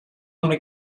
wanna